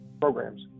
programs